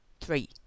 three